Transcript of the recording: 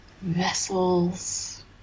vessels